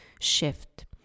shift